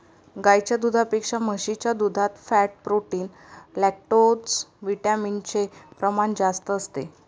गाईच्या दुधापेक्षा म्हशीच्या दुधात फॅट, प्रोटीन, लैक्टोजविटामिन चे प्रमाण जास्त असते